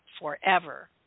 Forever